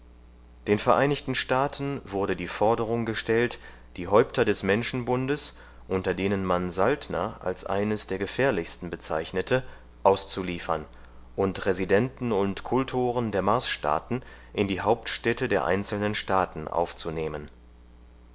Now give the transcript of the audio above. den vereinigten staaten wurde die forderung gestellt die häupter des menschenbundes unter denen man saltner als eines der gefährlichsten bezeichnete auszuliefern und residenten und kultoren der marsstaaten in die hauptstädte der einzelnen staaten aufzunehmen